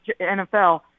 NFL